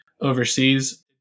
overseas